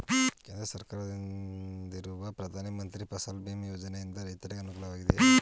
ಕೇಂದ್ರ ಸರ್ಕಾರದಿಂದಿರುವ ಪ್ರಧಾನ ಮಂತ್ರಿ ಫಸಲ್ ಭೀಮ್ ಯೋಜನೆಯಿಂದ ರೈತರಿಗೆ ಅನುಕೂಲವಾಗಿದೆಯೇ?